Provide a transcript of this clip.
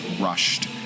rushed